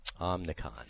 Omnicon